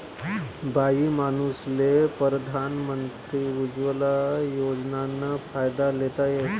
बाईमानूसले परधान मंत्री उज्वला योजनाना फायदा लेता येस